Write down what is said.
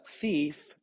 thief